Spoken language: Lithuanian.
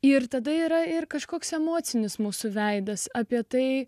ir tada yra ir kažkoks emocinis mūsų veidas apie tai